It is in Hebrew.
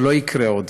שלא יקרה עוד,